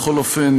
בכל אופן,